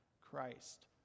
Christ